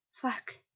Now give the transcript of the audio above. Fuck